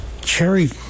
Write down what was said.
cherry